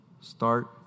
Start